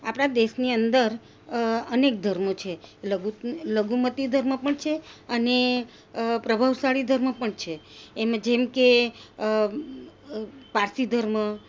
આપણા દેશની અંદર અનેક ધર્મો છે લઘુ લઘુમતી ધર્મ પણ છે અને પ્રભાવશાળી ધર્મ પણ છે એમ જેમકે પારસી ધર્મ